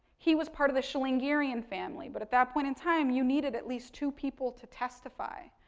he was part of the chilingarian family. but, at that point in time, you needed at least two people to testify.